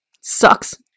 Sucks